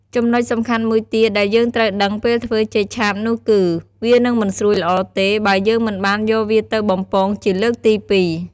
ចំណុចសំខាន់មួយទៀតដែលយើងត្រូវដឹងពេលធ្វើចេកឆាបនោះគឺ វានឹងមិនស្រួយល្អទេ បើយើងមិនបានយកវាទៅបំពងជាលើកទីពីរ។